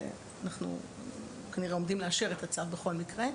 ואנחנו כנראה עומדים לאשר את הצו בכל מקרה.